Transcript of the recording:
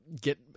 get